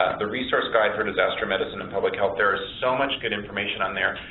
the resource guide for disaster medicine and public health, there is so much good information on there.